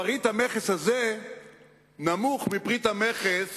פריט המכס הזה נמוך מפריט המכס